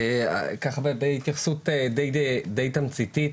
בהתייחסות די תמציתית,